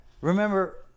Remember